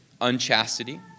unchastity